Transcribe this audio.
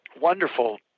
Wonderful